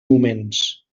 moments